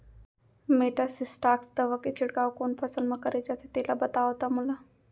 Metasystox दवा के छिड़काव कोन फसल म करे जाथे तेला बताओ त मोला?